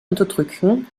unterdrücken